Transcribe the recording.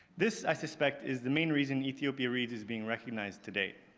this, i suspect is the main reason ethiopia reads is being recognized today.